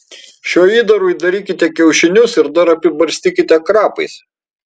šiuo įdaru įdarykite kiaušinius ir dar apibarstykite krapais